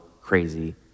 crazy